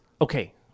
okay